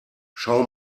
schau